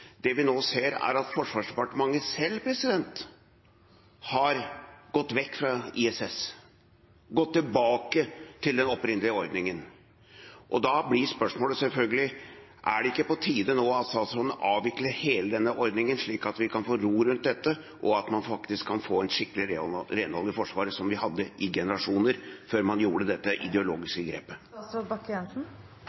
Forsvarsdepartementet selv har gått vekk fra ISS og gått tilbake til den opprinnelige ordningen. Da blir spørsmålet selvfølgelig: Er det ikke på tide nå at statsråden avvikler hele denne ordningen, slik at vi kan få ro rundt dette, og at man faktisk kan få skikkelig renhold i Forsvaret, som vi hadde i generasjoner før man gjorde dette